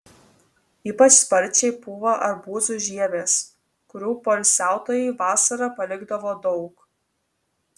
ypač sparčiai pūva arbūzų žievės kurių poilsiautojai vasarą palikdavo daug